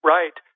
Right